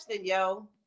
yo